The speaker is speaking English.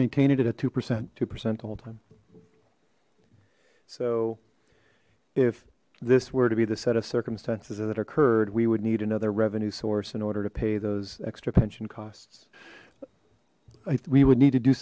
maintaining it at two percent two percent all time so if this were to be the set of circumstances that occurred we would need another revenue source in order to pay those extra pension costs we would need to do